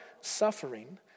suffering